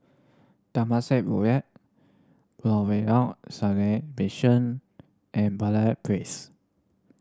Temasek Norwegian Seamen Mission and Place